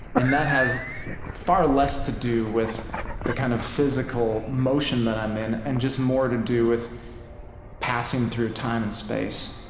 and that has far less to do with the kind of physical motion that i'm in and just more to do with passing through time and space